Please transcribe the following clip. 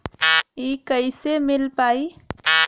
इ कईसे मिल पाई?